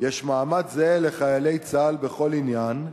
יש מעמד זהה לחיילי צה"ל בכל עניין,